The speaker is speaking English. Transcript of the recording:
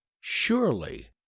Surely